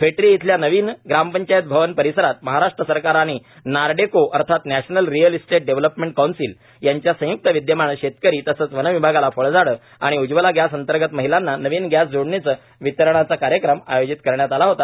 फेटरी इथल्या नवीन ग्रामपंचायत भवन परिसरात महाराष्ट्र सरकार आणि नारडेको अर्थात National Real Estate Development Council यांच्या संय्क्त विद्यमाने शेतकरी तसेच वनविभागाला फळझाडे आणि उज्ज्वला गॅस अंतर्गत महिलांना नवीन गॅस जोडणीचे वितरणाचा कार्यक्रम आयोजित करण्यात आला होता